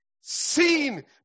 Seen